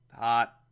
hot